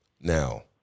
Now